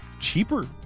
cheaper